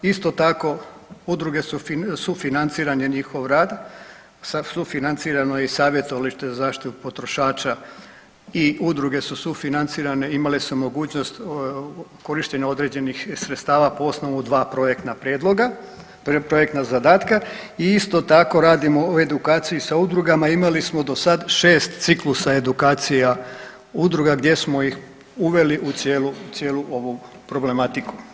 Isto tako, udruge su sufinanciran je njihov rad sa sufinancirano je i savjetovalište za zaštitu potrošača i udruge su sufinancirane, imale su mogućnost korištenja određenih sredstava po osnovu dva projektna prijedloga, projektna zadatka i isto tako, radimo edukaciju sa udrugama, imali smo do sad 6 ciklusa edukacija udruga gdje smo ih uveli u cijelu ovu problematiku.